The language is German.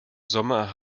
sommer